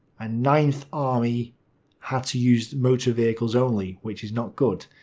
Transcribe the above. and ninth army had to use motor vehicles only, which is not good.